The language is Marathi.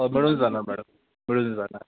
हो मिळून जाणार मॅडम मिळून जाणार